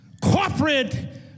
corporate